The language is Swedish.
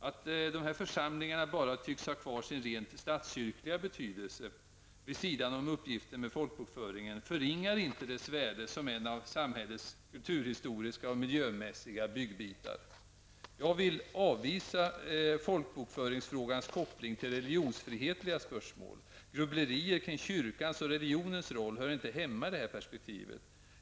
Att dessa församlingar bara rent statskyrkliga tycks ha kvar sin betydelse, vid sidan om uppgiften med folkbokföringen, förringar inte deras värde som en av samhällets kulturhistoriska och miljömässiga byggbitar. Jag vill avvisa folkbokföringsfrågans koppling till religionsfrihetliga spörsmål. Grubblerier kring kyrkans och religionens roll hör inte hemma i detta perspektiv.